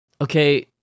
okay